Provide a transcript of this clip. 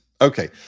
okay